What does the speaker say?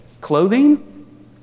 Clothing